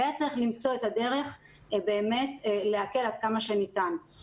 צריך למצוא את הדרך להקל עד כמה שניתן.